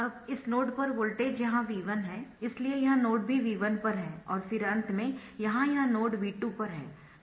अब इस नोड पर वोल्टेज यहाँ V1 है इसलिए यह नोड भी V1 पर है और फिर अंत में यहाँ यह नोड V2 पर है